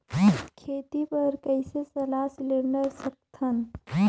खेती बर कइसे सलाह सिलेंडर सकथन?